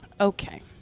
Okay